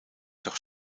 toch